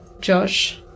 Josh